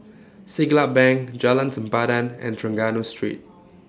Siglap Bank Jalan Sempadan and Trengganu Street